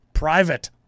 Private